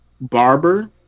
barber